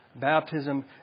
baptism